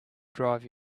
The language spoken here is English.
drive